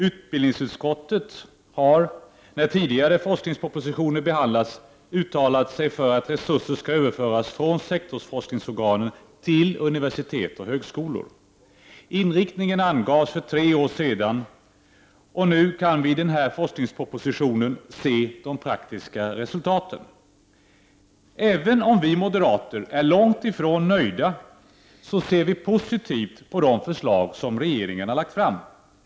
Utbildningsutskottet har när tidigare forskningspropositioner behandlats uttalat sig för att resurser skulle överföras från sektorsforsknings organ till universitet och högskolor. Inriktningen angavs för tre år sedan, och nu kan vi i den här forskningspropositionen se de praktiska resultaten. Även om vi moderater är långt ifrån nöjda ser vi positivt på de förslag som regeringen har lagt fram.